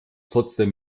trotzdem